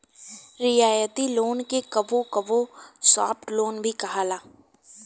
रियायती लोन के कबो कबो सॉफ्ट लोन भी कहाला